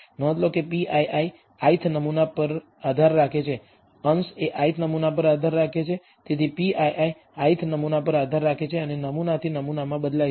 નોંધ લો કે pii ith નમૂના પર આધાર રાખે છે અંશ એ ith નમૂના પર આધાર રાખે છે તેથી pii ith નમૂના પર આધાર રાખે છે અને નમૂનાથી નમૂનામાં બદલાય છે